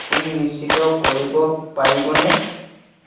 আপুনি নিশ্চিত কৰিব পাৰিবনে